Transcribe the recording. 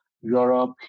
Europe